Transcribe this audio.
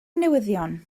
newyddion